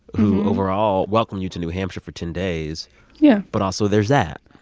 who, overall, welcome you to new hampshire for ten days yeah but also there's that